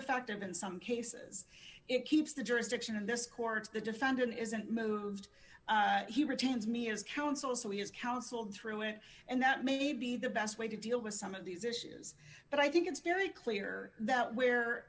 factor in some cases it keeps the jurisdiction of this court the defendant isn't moved he retains me as counsel so he has counseled through it and that may be the best way to deal with some of these issues but i think it's very clear that where